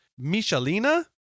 Michalina